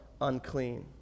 unclean